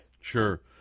sure